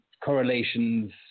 correlations